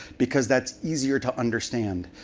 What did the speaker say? because that's easier to understand,